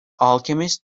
alchemist